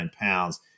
pounds